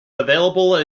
available